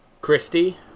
Christy